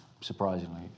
surprisingly